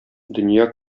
дөнья